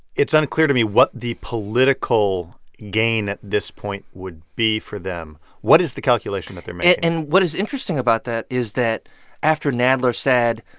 it's unclear to me what the political gain at this point would be for them. what is the calculation that they're making? and what is interesting about that is that after nadler said,